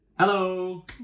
Hello